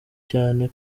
cyane